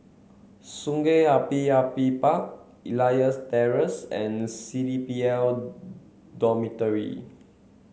Sungei Api Api Park Elias Terrace and C D P L Dormitory